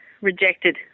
rejected